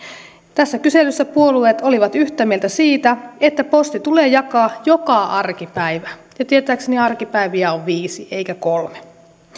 tässä kyselyssä puolueet olivat yhtä mieltä siitä että posti tulee jakaa joka arkipäivä ja tietääkseni arkipäiviä on viisi eikä kolme